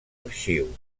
arxiu